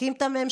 תקים את הממשלה,